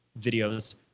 videos